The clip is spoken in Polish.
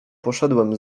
poszedłem